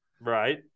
Right